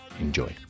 Enjoy